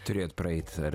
turėt praeit ar